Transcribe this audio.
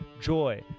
joy